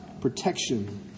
protection